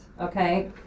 okay